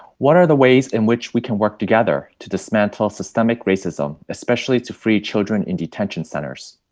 what are the ways in which we can work together to dismantle systemic racism, especially to free children in detention centers?